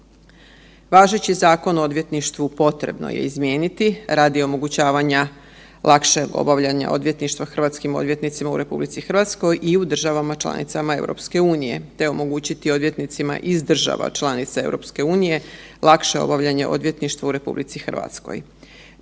Važeći Zakon o odvjetništvu potrebno je izmijeniti radi omogućavanja lakšeg obavljanja odvjetništva hrvatskim odvjetnicima u RH i u državama članicama EU, te omogućiti odvjetnicima iz država članica EU lakše obavljanje odvjetništva u RH.